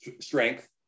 strength